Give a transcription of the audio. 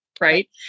right